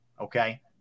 okay